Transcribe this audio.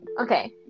okay